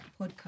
podcast